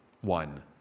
one